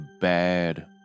bad